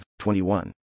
21